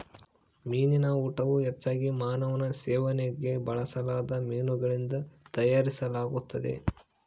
ಮೀನಿನ ಊಟವು ಹೆಚ್ಚಾಗಿ ಮಾನವನ ಸೇವನೆಗೆ ಬಳಸದ ಮೀನುಗಳಿಂದ ತಯಾರಿಸಲಾಗುತ್ತದೆ